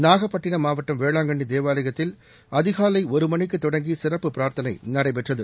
நாகப்பட்டினம் மாவட்டம் வேளாங்கண்ணி தேவாலயத்தில் அதிகாலை ஒரு மணிக்குத் தொடங்கி சிறப்பு பிரார்த்தனை நடைபெற்றது